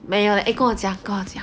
没有 eh 跟我讲跟我讲